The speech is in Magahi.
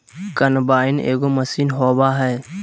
कंबाइन एगो मशीन होबा हइ